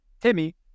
Timmy